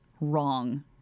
wrong